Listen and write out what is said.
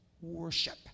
worship